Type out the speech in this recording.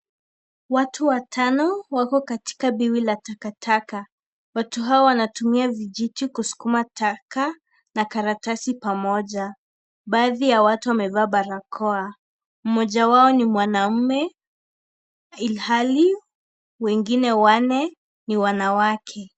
Watu watano wako katika biwi la takataka. Watu hawa wanatumia vijiti kusukuma taka na karatasi pamoja. Baadhi ya watu wamevaa barakoa. Mmoja wao, ni mwanaume ilhali wengine wanne ni wanawake.